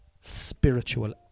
spiritual